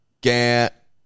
Get